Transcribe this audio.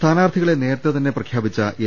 സ്ഥാനാർഥികളെ നേരത്തെ തന്നെ പ്രഖ്യാപിച്ച എൽ